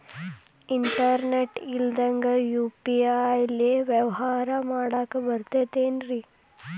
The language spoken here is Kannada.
ಇಂಟರ್ನೆಟ್ ಇಲ್ಲಂದ್ರ ಯು.ಪಿ.ಐ ಲೇ ವ್ಯವಹಾರ ಮಾಡಾಕ ಬರತೈತೇನ್ರೇ?